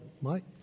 Mike